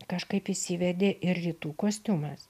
kažkaip įsivedė ir rytų kostiumas